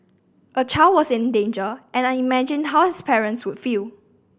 a child was in danger and I imagined how his parents would feel